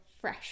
fresh